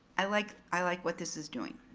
i like i like what this is doing.